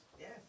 Yes